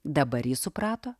dabar ji suprato